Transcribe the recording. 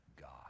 God